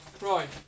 Right